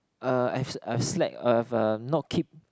uh I've I've slack I've uh not keep